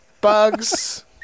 bugs